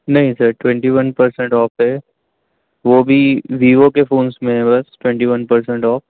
نہیں sir twenty one percent off ہے وہ بھی ویوو کے فونس میں ہے بس ٹوینٹی ون پرسینٹ آف